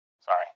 sorry